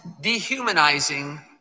dehumanizing